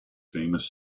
famous